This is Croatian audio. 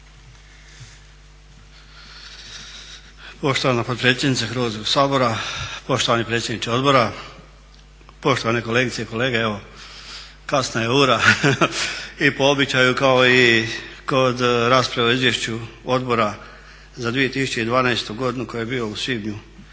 Poštovana potpredsjednice Hrvatskog sabora, poštovani predsjedniče odbora, poštovane kolegice i kolege. Evo kasna je ura i po običaju kao i kod rasprave o izvješću Odbora za 2012. godinu koji je bio u svibnju